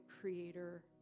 creator